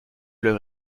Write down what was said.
leur